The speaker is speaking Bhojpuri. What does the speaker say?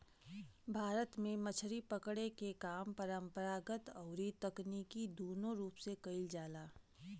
भारत में मछरी पकड़े के काम परंपरागत अउरी तकनीकी दूनो रूप से कईल जाला